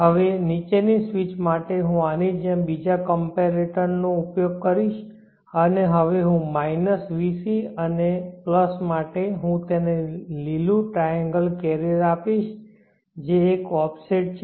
હવે નીચેની સ્વિચ માટે હું આની જેમ બીજા કોમ્પેરેટર નો ઉપયોગ કરીશ અને હવે હું માઈનસ Vc અને પ્લસ માટે હું તે લીલું ટ્રાયેન્ગલ કેરિયર આપીશ જે એક ઓફસેટ છે